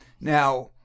Now